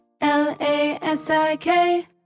L-A-S-I-K